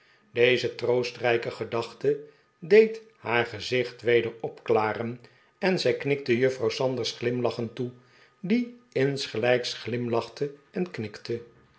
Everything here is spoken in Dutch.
deze troostrijke gedachte deed haar gezicht weder opklaren en zij knikte juffrouw sanders glimlachend toe die insgelijks glimlachte en knikte